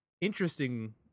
interesting